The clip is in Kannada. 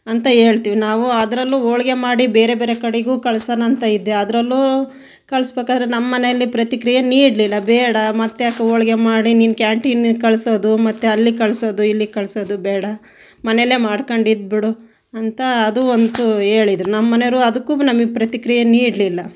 ಅಂತ ಹೇಳ್ತೀವಿ ನಾವು ಅದರಲ್ಲೂ ಹೋಳಿಗೆ ಮಾಡಿ ಬೇರೆ ಬೇರೆ ಕಡೆಗೂ ಕಳ್ಸೋಣ ಅಂತ ಇದ್ದೆ ಅದರಲ್ಲೂ ಕಳಿಸಬೇಕಾದ್ರೆ ನಮ್ಮ ಮನೆಯಲ್ಲಿ ಪ್ರತಿಕ್ರಿಯೆ ನೀಡಲಿಲ್ಲ ಬೇಡ ಮತ್ತ್ಯಾಕೆ ಹೋಳಿಗೆ ಮಾಡಿ ನೀನು ಕ್ಯಾಂಟೀನಿಗೆ ಕಳಿಸೋದು ಮತ್ತೆ ಅಲ್ಲಿಗೆ ಕಳಿಸೋದು ಇಲ್ಲಿಗೆ ಕಳಿಸೋದು ಬೇಡ ಮನೆಯಲ್ಲೇ ಮಾಡ್ಕೊಂಡು ಇದ್ದುಬಿಡು ಅಂತ ಅದು ಒಂತು ಹೇಳಿದರು ನಮ್ಮ ಮನೆಯವರು ಅದಕ್ಕೂ ನಮಗೆ ಪ್ರತಿಕ್ರಿಯ ನೀಡಲಿಲ್ಲ